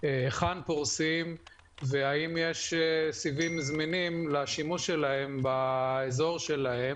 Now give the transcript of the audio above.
היכן פורסים והאם יש סיבים זמינים לשימושם באזור שלהם.